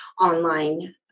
online